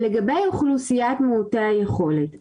לגבי אוכלוסיית מיעוטי היכולת.